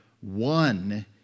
one